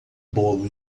bolo